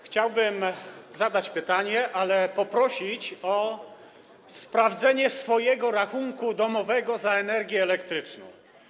Chciałbym zadać pytanie, ale też poprosić o sprawdzenie swojego rachunku domowego za energię elektryczną.